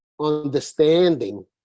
understanding